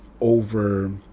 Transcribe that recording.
over